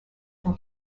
from